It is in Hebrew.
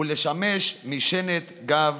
ולשמש משענת גב